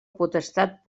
potestat